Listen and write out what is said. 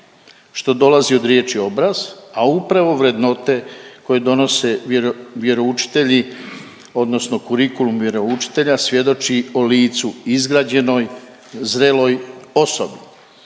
što dolazi od riječi obraz, a u upravo vrednote koje donose vjeroučitelji odnosno kurikulum vjeroučitelja svjedoči o licu, izgrađenoj, zreloj osobi.